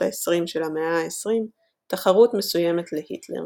ה-20 של המאה ה-20 - תחרות מסוימת להיטלר.